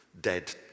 dead